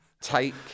take